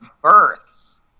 births